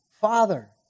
Father